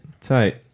Tight